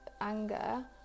anger